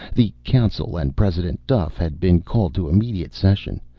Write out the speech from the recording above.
the council and president duffe had been called to immediate session.